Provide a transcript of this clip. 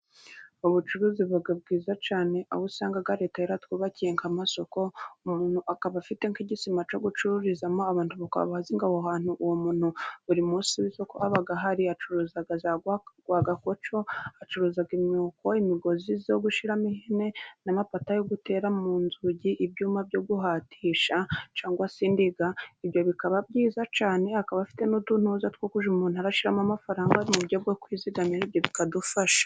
Ubucuruzi buba bwiza cyane, aho usanga leta yaratwubakiye amasoko, umuntu akaba afite nk'igisima cyo gucururizamo, abantu bakaba bazi ngo aho hantu uwo muntu buri munsi abaga ahari, acuruza rwagakoco, bacuruza imyuko, imigozi yo gushiramo ihene, namapata yo gutera mu nzugi, ibyuma byo guhatisha cyangwa se indiga. Ibyo bikaba byiza cyane akaba afite n'utuntuza two kujya umuntu ashyiramo amafaranga mu buryo bwo kwizigamira, ibyo bikadufasha.